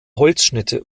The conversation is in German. holzschnitte